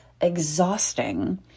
exhausting